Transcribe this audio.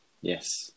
Yes